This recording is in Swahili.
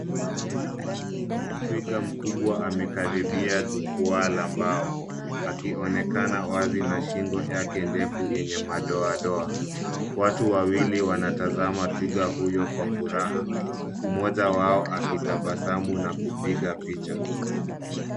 Twiga mkubwa amekaribia jukwaa la mbao akionekana wazi na shingo yake ndefu yenye madoadoa. Watu wawili wanatazama twiga huyo kwa furaha, mmoja wao akitabasamu na kupiga picha.